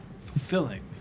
fulfilling